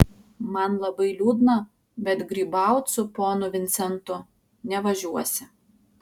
man labai liūdna bet grybaut su ponu vincentu nevažiuosi